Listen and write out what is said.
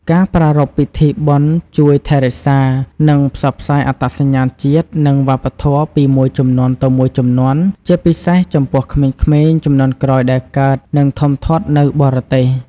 ការប្រារព្ធពិធីបុណ្យជួយថែរក្សា និងផ្សព្វផ្សាយអត្តសញ្ញាណជាតិ និងវប្បធម៌ពីមួយជំនាន់ទៅមួយជំនាន់ ជាពិសេសចំពោះក្មេងៗជំនាន់ក្រោយដែលកើត និងធំធាត់នៅបរទេស។